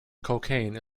cocaine